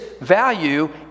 value